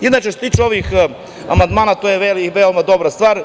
Inače, što se tiče ovih amandmana, to je veoma dobra stvar.